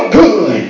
good